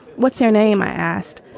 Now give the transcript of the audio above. what's your name? i asked.